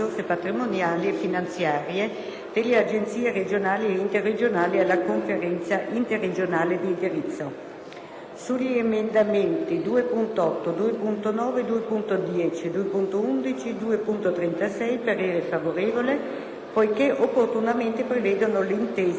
delle Agenzie regionali e interregionali alla Conferenza interregionale di indirizzo; - sugli emendamenti 2.8, 2,9, 2.10, 2.11 e 2.36 parere favorevole, poiché opportunamente prevedono l'intesa, in sede di Conferenza unificata,